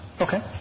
okay